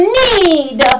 need